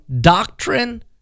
doctrine